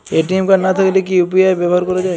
ATM card না থাকলে কি ইউ.পি.আই ব্যবহার করা য়ায়?